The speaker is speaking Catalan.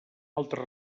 altre